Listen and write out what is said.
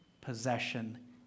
possession